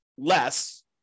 less